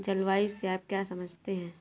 जलवायु से आप क्या समझते हैं?